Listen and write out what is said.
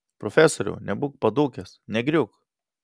profesoriau nebūk padūkęs negriūk